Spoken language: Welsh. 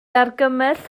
argymell